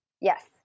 Yes